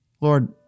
Lord